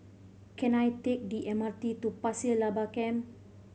can I take the M R T to Pasir Laba Camp